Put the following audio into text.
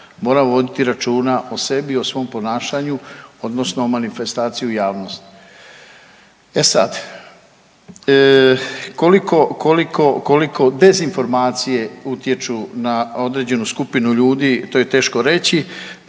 mora voditi računa o sebi i o svom ponašanju odnosno manifestaciju u javnosti. E sada, koliko dezinformacije utječu na određenu skupinu ljudi to je teško reći.